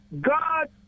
God